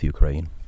Ukraine